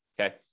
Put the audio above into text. Okay